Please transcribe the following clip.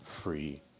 free